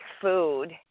food